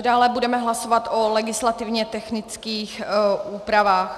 Dále budeme hlasovat o legislativně technických úpravách.